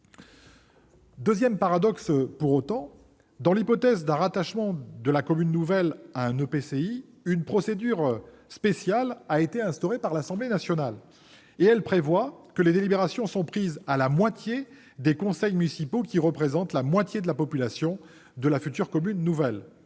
Deuxième paradoxe : dans l'hypothèse d'un rattachement de la commune nouvelle à un EPCI, une procédure spéciale instaurée par l'Assemblée nationale prévoit que les délibérations sont prises à la moitié des voix des conseils municipaux, représentant la moitié de la population de la future commune nouvelle.